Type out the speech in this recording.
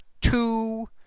two